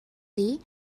dir